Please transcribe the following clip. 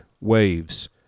waves